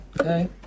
Okay